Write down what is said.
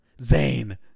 Zane